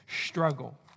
struggle